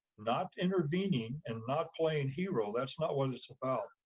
not intervening and not playing hero, that's not what it's about.